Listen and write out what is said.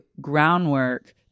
groundwork